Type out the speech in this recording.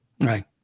right